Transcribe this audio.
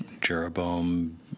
Jeroboam